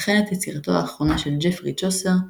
וכן את יצירתו האחרונה של ג'פרי צ'וסר,